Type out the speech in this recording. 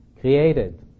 created